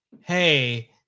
hey